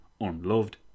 unloved